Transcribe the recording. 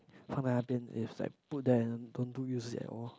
放在那边 is like put there and don't do use it at all